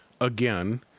again